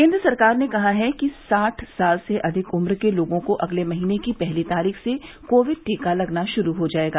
केन्द्र सरकार ने कहा है कि साठ साल से अधिक उम्र के लोगों को अगले महीने की पहली तारीख से कोविड टीका लगना शुरू हो जायेगा